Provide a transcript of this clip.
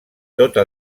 tota